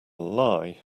lie